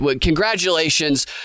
Congratulations